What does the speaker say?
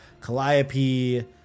Calliope